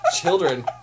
children